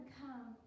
come